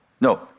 No